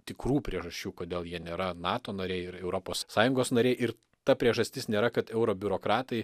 tikrų priežasčių kodėl jie nėra nato nariai ir europos sąjungos nariai ir ta priežastis nėra kad euro biurokratai